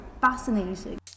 fascinating